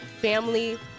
family